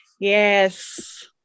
yes